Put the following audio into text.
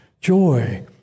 joy